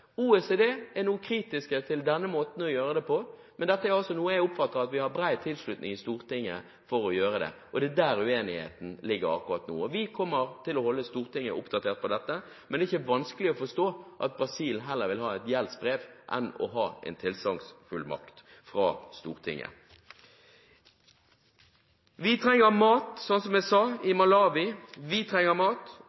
har bred tilslutning i Stortinget for å gjøre. Der ligger uenigheten akkurat nå, og vi kommer til å holde Stortinget oppdatert. Men det er ikke vanskelig å forstå at Brasil heller vil ha et gjeldsbrev, enn å ha en tilsagnsfullmakt fra Stortinget. Vi trenger mat, som jeg sa